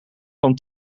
van